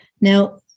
now